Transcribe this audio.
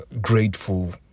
grateful